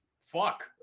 Fuck